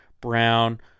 Brown